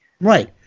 Right